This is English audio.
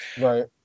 Right